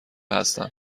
هستم